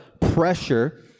pressure